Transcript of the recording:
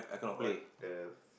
what the